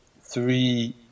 three